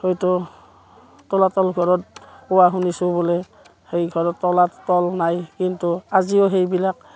হয়তো তলাতল ঘৰত কোৱা শুনিছোঁ বোলে সেই ঘৰত তলাতল নাই কিন্তু আজিও সেইবিলাক